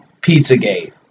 Pizzagate